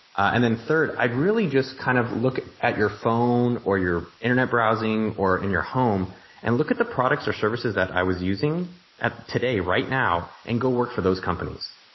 and then third, i'd really just kind of look at your phone or your internet browsing or in your home and look at the products or services that i was using today, right now and go work for those companies.